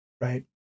right